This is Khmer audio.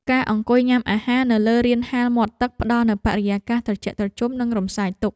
ការអង្គុយញ៉ាំអាហារនៅលើរានហាលមាត់ទឹក ផ្តល់នូវបរិយាកាសត្រជាក់ត្រជុំ និងរំសាយទុក្ខ។